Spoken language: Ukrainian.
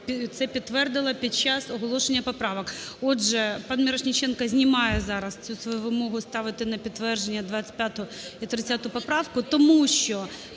це підтвердила під час оголошення поправок. Отже, пан Мірошніченко знімає зараз цю свою вимогу ставити на підтвердження 25 і 30 поправки, тому що